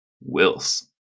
Wills